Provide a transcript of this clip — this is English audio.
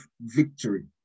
victory